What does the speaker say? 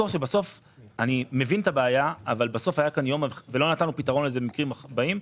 אני מבין את הבעיה ולא נתנו לזה פתרון במקרים קודמים.